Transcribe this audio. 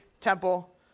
temple